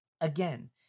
Again